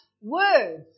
words